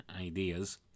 ideas